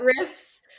riffs